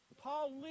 Paul